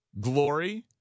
glory